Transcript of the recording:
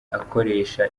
akoresha